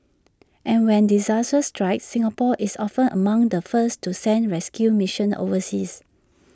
and when disaster strikes Singapore is often among the first to send rescue missions overseas